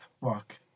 Fuck